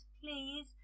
please